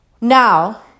now